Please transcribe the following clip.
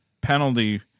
penalty